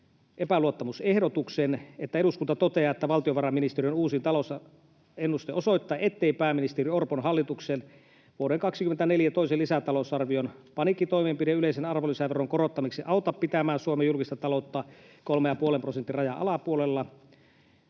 epäluottamusehdotuksen: Eduskunta toteaa, että valtiovarainministeriön uusin talousennuste osoittaa, ettei pääministeri Orpon hallituksen vuoden 2024 toisen lisätalousarvion paniikkitoimenpide yleisen arvonlisäveron korottamiseksi auta pitämään Suomen julkista taloutta kolmen ja puolen prosentin rajan alapuolella.